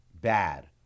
bad